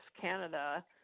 canada